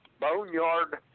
boneyard